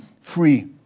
free